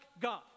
God